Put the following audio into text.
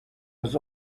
was